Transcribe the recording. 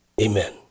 Amen